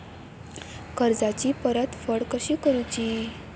कर्जाची परतफेड कशी करुची?